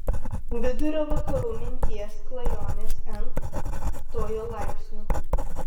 vidurio vakarų minties klajonės n tuoju laipsniu